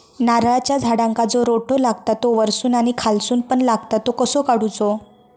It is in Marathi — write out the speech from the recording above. नारळाच्या झाडांका जो रोटो लागता तो वर्सून आणि खालसून पण लागता तो कसो काडूचो?